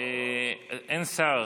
אין שר.